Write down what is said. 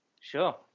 Sure